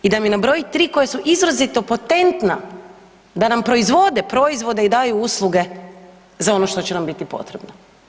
I da mi nabroji tri koje su izrazito potentna da nam proizvode proizvode i daju usluge za ono što će nam biti potrebno.